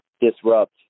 disrupt